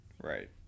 Right